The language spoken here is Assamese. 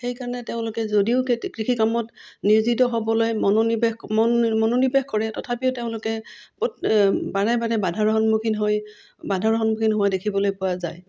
সেইকাৰণে তেওঁলোকে যদিও কৃষি কামত নিয়োজিত হ'বলৈ মনোনিৱেশ মনোনিৱেশ কৰে তথাপিও তেওঁলোকে বাৰে বাৰে বাধাৰো সন্মুখীন হৈ বাধাৰ সন্মুখীন হোৱা দেখিবলৈ পোৱা যায়